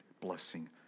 blessing